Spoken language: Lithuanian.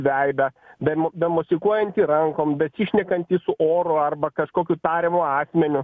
veidą bemo bemosikuojantį rankom besišnekantį su oru arba kažkokiu tariamu asmeniu